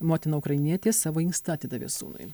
motina ukrainietė savo inkstą atidavė sūnui